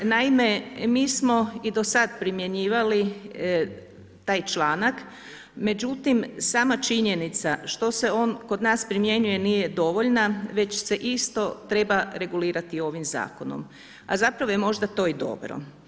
Naime, mi smo i do sada primjenjivali taj članak, međutim sama činjenica što se on kod nas primjenjuje nije dovoljna već se isto treba regulirati ovim zakonom, a zapravo je to možda i dobro.